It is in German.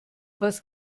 was